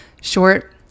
short